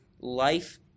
life